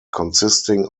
consisting